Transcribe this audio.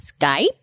Skype